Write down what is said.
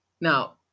Now